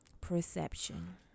Perception